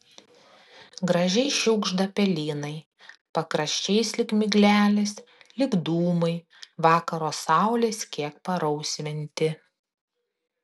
gražiai šiugžda pelynai pakraščiais lyg miglelės lyg dūmai vakaro saulės kiek parausvinti